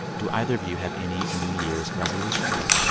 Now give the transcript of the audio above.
do either of you have any new year's resolutions?